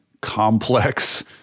complex